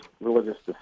religious